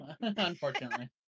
unfortunately